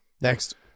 Next